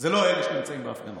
זה לא אלה שנמצאים בהפגנות,